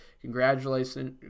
Congratulations